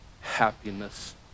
happiness